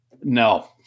No